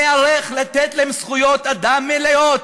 ניערך לתת להם זכויות אדם מלאות.